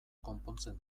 konpontzen